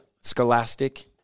Scholastic